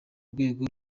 rwego